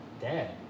Dad